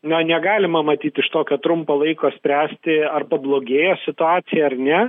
na negalima matyt iš tokio trumpo laiko spręsti ar pablogėjo situacija ar ne